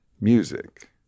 music